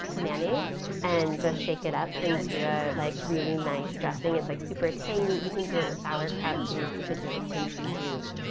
mayonnaise. and shake it up into a like really nice dressing. it's like super tangy. you can do it with sauerkraut juice. you could do a kimchi juice.